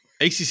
ACC